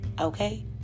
Okay